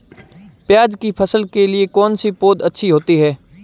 प्याज़ की फसल के लिए कौनसी पौद अच्छी होती है?